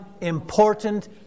important